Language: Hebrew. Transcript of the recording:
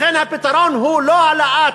לכן, הפתרון הוא לא העלאת